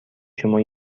شما